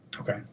Okay